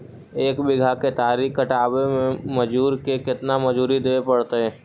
एक बिघा केतारी कटबाबे में मजुर के केतना मजुरि देबे पड़तै?